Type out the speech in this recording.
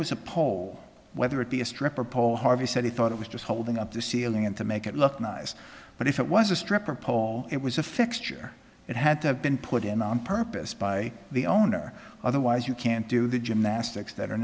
was a poll whether it be a stripper pole harvey said he thought it was just holding up the ceiling and to make it look nice but if it was a stripper pole it was a fixture it had to have been put in on purpose by the owner otherwise you can't do the gymnastics that are